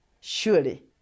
Surely